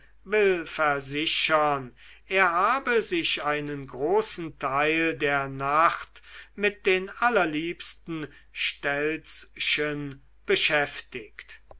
versichern er habe sich einen großen teil der nacht mit den allerliebsten stelzchen beschäftigt